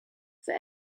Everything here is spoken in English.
for